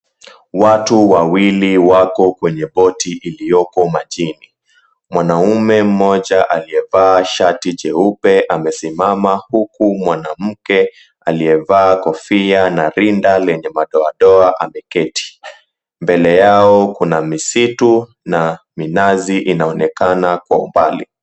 Watu wawili wako kwenye boti iliyoko majini. Mwanaume mmoja aliyevaa shati jeupe amesimama, huku mwanamke aliyevaa kofia na rinda lenye madoadoa ameketi. Mbele yao kuna misitu, na minazi inaonekana kwa umbali.